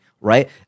right